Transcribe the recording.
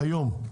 היום.